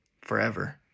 forever